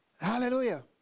Hallelujah